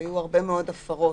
היו הרבה מאוד הפרות.